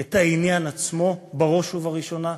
את העניין עצמו בראש ובראשונה,